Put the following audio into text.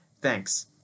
Thanks